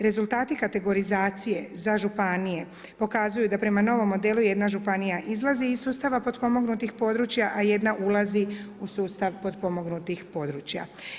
Rezultati kategorizacije za županije pokazuju da prema novom modelu jedna županija izlazi iz sustava potpomognutih područja, a jedna ulazi u sustav potpomognutih područja.